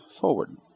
forward